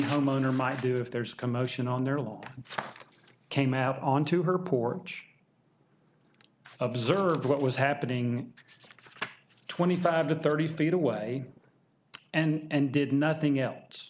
homeowner might do if there's a commotion on their lawn came out onto her porch observe what was happening twenty five to thirty feet away and did nothing else what